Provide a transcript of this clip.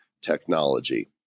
technology